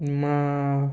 ನಿಮ್ಮ